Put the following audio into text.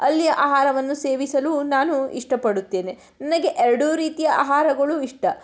ಅಲ್ಲಿಯ ಆಹಾರವನ್ನು ಸೇವಿಸಲು ನಾನು ಇಷ್ಟಪಡುತ್ತೇನೆ ನನಗೆ ಎರಡೂ ರೀತಿಯ ಆಹಾರಗಳು ಇಷ್ಟ